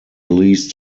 least